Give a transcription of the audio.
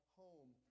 home